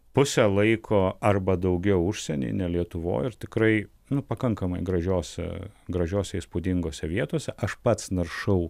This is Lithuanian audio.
pusę laiko arba daugiau užsieny ne lietuvoj ir tikrai nu pakankamai gražiose gražiose įspūdingose vietose aš pats naršau